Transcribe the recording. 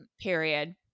Period